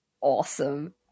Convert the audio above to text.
Awesome